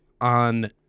on